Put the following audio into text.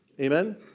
Amen